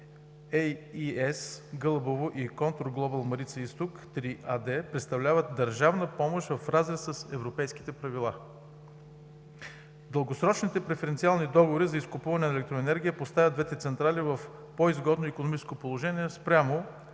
ЕС Гълъбово“ и „КонтурГлобал Марица изток 3“ АД, представляват държавна помощ в разрез с европейските правила. Дългосрочните преференциални договори за изкупуване на електроенергия поставят двете централи в по-изгодно икономическо положение спрямо